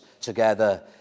together